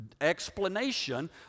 explanation